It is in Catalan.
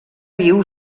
viu